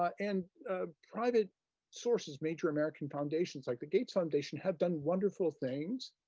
and private sources major american foundations, like the gates foundation have done wonderful things.